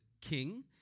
king